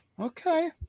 Okay